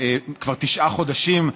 כבר תשעה חודשים.